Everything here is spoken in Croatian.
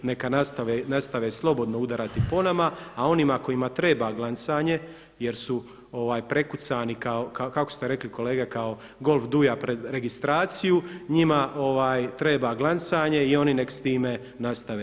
Neka nastave slobodno udarati po nama, a onima kojima treba glancanje jer su prekucani, kako ste rekli kolega kao golf … pred registraciju, njima treba glancanje i oni nek s time nastave.